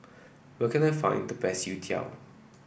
where can I find the best Youtiao